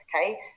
okay